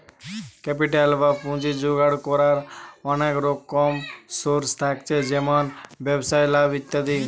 capital বা পুঁজি জোগাড় কোরার অনেক রকম সোর্স থাকছে যেমন ব্যবসায় লাভ ইত্যাদি